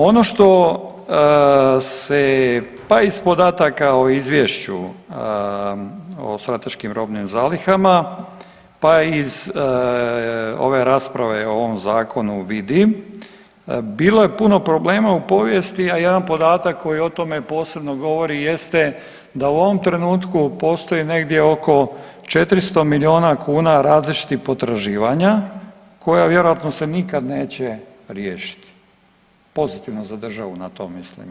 Ono što se pa iz podataka u Izvješću o strateškim robnim zalihama pa iz ove rasprave o ovom zakonu vidim bilo je puno problema u povijesti, a jedan podatak koji o tome posebno govori jeste da u ovom trenutku postoji negdje oko 400 milijuna kuna različitih potraživanja koja vjerojatno se nikad neće riješiti pozitivno za državu to mislim.